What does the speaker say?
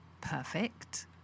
perfect